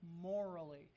morally